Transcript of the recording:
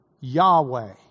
Yahweh